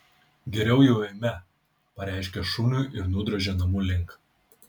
geriau jau eime pareiškė šuniui ir nudrožė namų link